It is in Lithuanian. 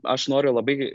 aš noriu labai